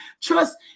Trust